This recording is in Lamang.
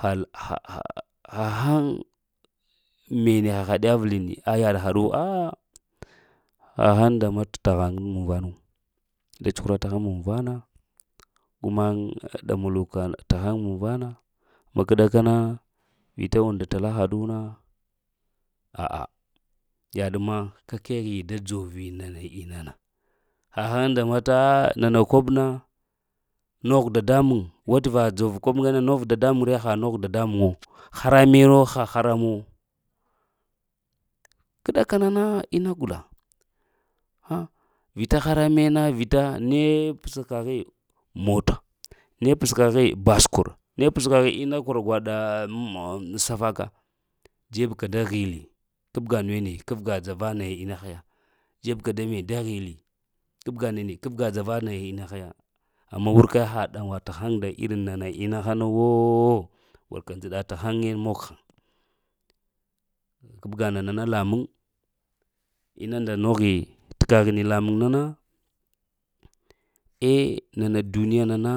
Hal hahahahaŋ mene hahad avli ni ci yaɗa haɗuwo a'a’ ha haŋ nda mee e haŋu muvanu da cuhura ta haŋ muvana kuma ɗamaluka ta haŋ muvana, amma k’ ɗakana na vita und tala haɗu na, a'p yaɗ ma ka kehe da dzovi nana ina nana ta haŋ damata a'a nana kob na nogh dada muŋ wat'va dzov kob ŋana nigh dadamuŋ, nogh dadamuŋ ve ha nogh wo, harame wo ha haram wo, kə ɗakanana ina gula'a vita harame na vita ne pa kaghi, ne pa kagh mota, ne ps kaghi bas kur, ne ps kagh, ina kor gwada m safaka. Dzebta da ghili kabga nuwene kabga dzava naya inna haya kabga nuwene kabga dzava, amma wurka ha ɗaŋwa t’ haŋ nda niŋa nana inna hana wooch wruka njəɗa tahaŋe moŋ haŋ kabga nana na lamuŋ inu nda noghi t’ kaghini lamuŋ, eh nana duniyana nana